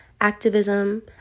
activism